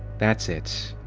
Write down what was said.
that's it,